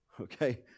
Okay